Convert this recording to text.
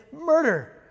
murder